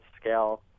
scale